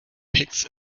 pigs